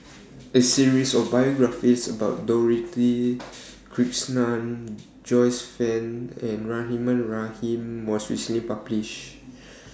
A series of biographies about Dorothy Krishnan Joyce fan and Rahimah Rahim was recently published